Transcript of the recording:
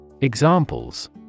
Examples